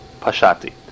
Pashati